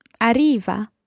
Arriva